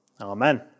amen